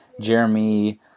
Jeremy